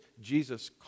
Jesus